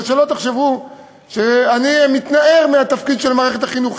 שלא תחשבו שאני מתנער מהתפקיד של מערכת החינוך,